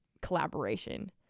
collaboration